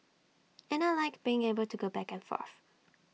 and I Like being able to go back and forth